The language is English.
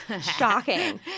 Shocking